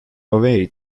away